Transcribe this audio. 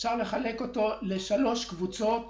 אפשר לחלק אותו לשלוש קבוצות סגורות.